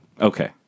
Okay